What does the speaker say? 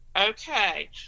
Okay